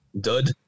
Dud